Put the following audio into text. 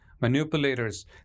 manipulators